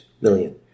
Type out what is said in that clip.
million